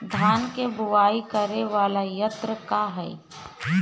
धान के बुवाई करे वाला यत्र का ह?